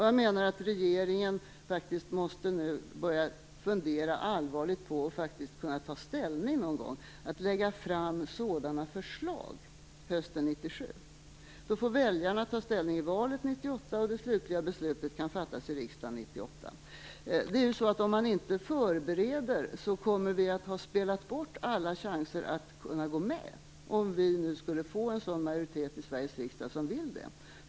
Jag menar att regeringen nu måste börja fundera allvarligt på att faktiskt någon gång kunna ta ställning och på att lägga fram sådana förslag hösten 1997. Då får väljarna ta ställning i valet 1998, och det slutliga beslutet kan fattas i riksdagen 1998. Om man inte förbereder detta kommer vi att ha spelat bort alla chanser att kunna gå med, om vi nu skulle få en majoritet i Sveriges riksdag som vill det.